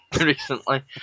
recently